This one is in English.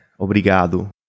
Obrigado